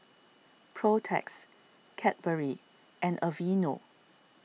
Protex Cadbury and Aveeno